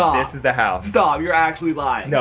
um this is the house. stop, you're actually lying. no,